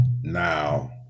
Now